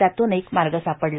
त्यातून एक मार्ग सापडला